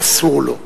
אסור לו.